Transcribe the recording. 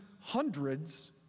hundreds